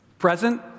Present